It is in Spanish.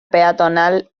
peatonal